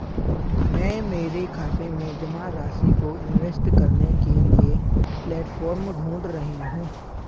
मैं मेरे खाते में जमा राशि को इन्वेस्ट करने के लिए प्लेटफॉर्म ढूंढ रही हूँ